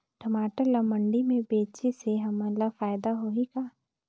टमाटर ला मंडी मे बेचे से हमन ला फायदा होही का?